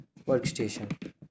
workstation